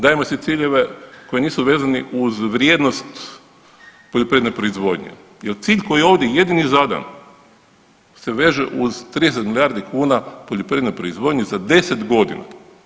Dajemo si ciljeve koji nisu vezani uz vrijednost poljoprivredne proizvodnje jer cilj koji je ovdje jedini zadan se veže uz 30 milijardi kuna poljoprivredne proizvodnje za 10 godina.